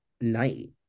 night